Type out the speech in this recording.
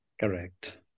Correct